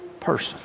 person